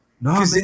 no